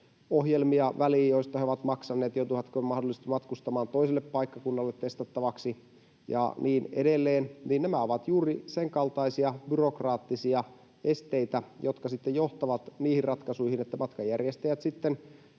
ohjelmia väliin, joista he ovat maksaneet, joutuvatko he mahdollisesti matkustamaan toiselle paikkakunnalle testattavaksi ja niin edelleen. Nämä ovat juuri sen kaltaisia byrokraattisia esteitä, jotka sitten johtavat niihin ratkaisuihin, että matkanjärjestäjät vievät